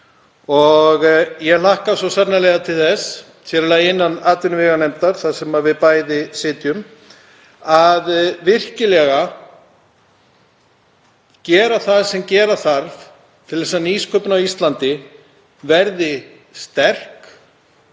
Ég hlakka svo sannarlega til þess, sér í lagi innan atvinnuveganefndar þar sem við bæði sitjum, að virkilega gera það sem gera þarf til að nýsköpun á Íslandi verði sterk,